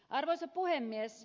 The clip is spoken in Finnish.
arvoisa puhemies